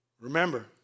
Remember